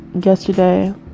yesterday